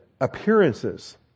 appearances